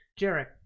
Jarek